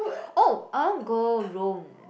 oh I want go Rome